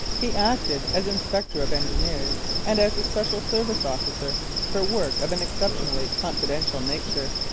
he acted as inspector of engineers and as a special-service officer for work of an exceptionally confidential nature.